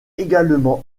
également